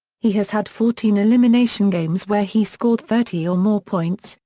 he has had fourteen elimination games where he scored thirty or more points,